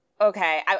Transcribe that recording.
Okay